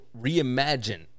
reimagine